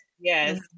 Yes